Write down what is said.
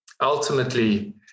Ultimately